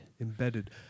embedded